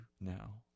now